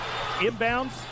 Inbounds